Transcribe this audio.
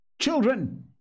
children